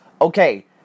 okay